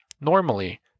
Normally